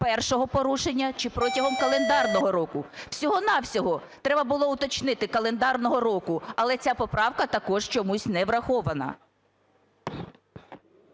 першого порушення чи протягом календарного року? Всього-на-всього треба було уточнити календарного року, але ця поправка також чомусь не врахована.